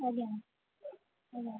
ଆଜ୍ଞା ଆଜ୍ଞା